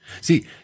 See